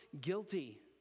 guilty